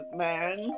man